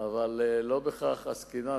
אבל לא בכך עסקינן.